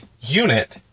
unit